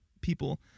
people